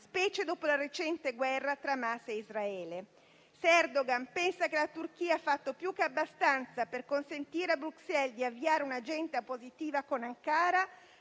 specie dopo la recente guerra tra Hamas e Israele. Se Erdogan pensa che la Turchia ha fatto più che abbastanza per consentire a Bruxelles di avviare un'agenda positiva con Ankara,